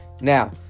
Now